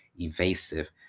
evasive